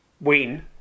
win